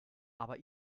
aber